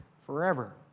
forever